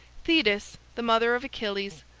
thetis, the mother of achilles,